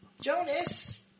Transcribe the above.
Jonas